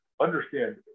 understand